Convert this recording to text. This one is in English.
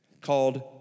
called